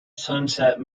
sunset